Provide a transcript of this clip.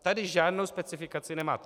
Tady žádnou specifikaci nemáte.